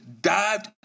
dived